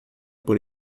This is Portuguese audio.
por